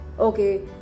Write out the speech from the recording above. Okay